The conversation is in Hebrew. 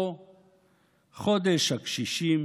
או חודש הקשישים?